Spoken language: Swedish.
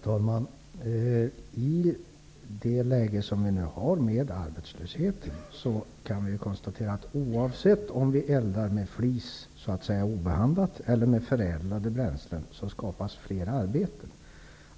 Herr talman! Vi har nu ett läge med arbetslöshet och vi kan konstatera att oavsett om vi eldar med obehandlad flis eller med förädlade bränslen så skapas fler arbetstillfällen.